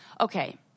okay